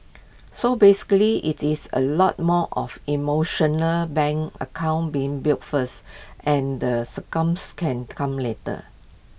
so basically IT is A lot more of emotional bank account being built first and the can come later